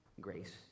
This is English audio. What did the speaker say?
grace